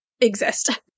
exist